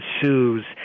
sues